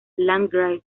landgrave